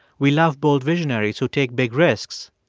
we love bold visionaries who take big risks,